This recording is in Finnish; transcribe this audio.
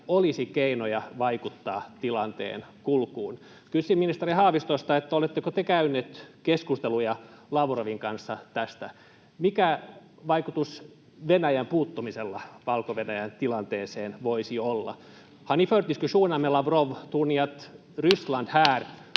olisi keinoja vaikuttaa tilanteen kulkuun. Kysyn ministeri Haavistolta: Oletteko te käynyt keskusteluja Lavrovin kanssa tästä? Mikä vaikutus Venäjän puuttumisella Valko-Venäjän tilanteeseen voisi olla?